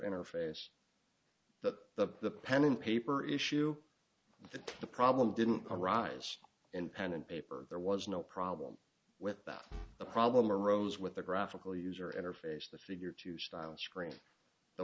interface that the pen and paper issue that the problem didn't arise in pen and paper there was no problem with that the problem arose with the graphical user interface the figure two style screen the